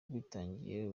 yabitangiye